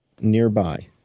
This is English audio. Nearby